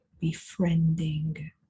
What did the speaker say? befriending